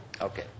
Okay